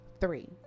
three